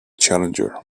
challenger